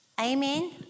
Amen